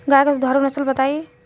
गाय के दुधारू नसल बताई?